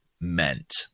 meant